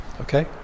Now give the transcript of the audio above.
okay